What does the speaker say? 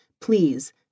please